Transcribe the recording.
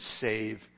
save